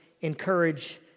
encourage